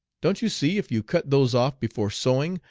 don't you see if you cut those off before sewing,